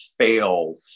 fail